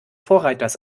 vorreiters